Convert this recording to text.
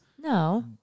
No